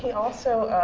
also,